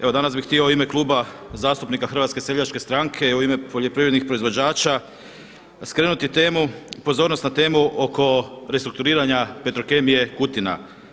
Evo danas bi htio u ime Kluba zastupnika HSS-a u ime poljoprivrednih proizvođača skrenuti temu pozornost na temu oko restrukturiranja Petrokemije Kutina.